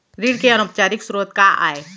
ऋण के अनौपचारिक स्रोत का आय?